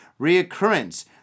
reoccurrence